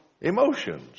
emotions